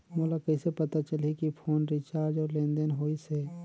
मोला कइसे पता चलही की फोन रिचार्ज और लेनदेन होइस हे?